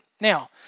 Now